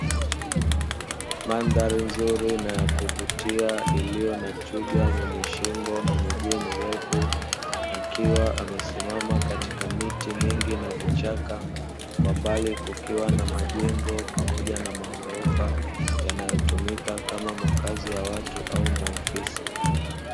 Mandhari nzuri na ya kuvutia iliyo na twiga mwenye shingo na miguu mirefu akiwa amesimama katika miti mingi na vichaka kwa mbali kukiwa na majengo pamoja na magorofa yanayotumika kama makazi ya watu au maofisi.